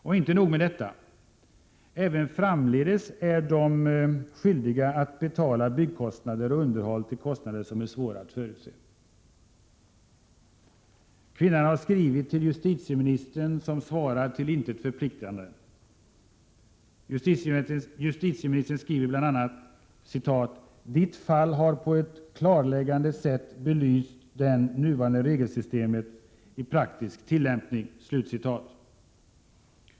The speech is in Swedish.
Och inte nog med detta: även framdeles är de skyldiga att betala byggkostnader och underhåll till kostnader som är svåra att förutse. Kvinnan har skrivit till justitieministern, vars svar är till intet förpliktigande. Justitieministern skriver bl.a.: Ditt fall har på ett klargörande sätt belyst det nuvarande regelsystemet i praktisk tillämpning.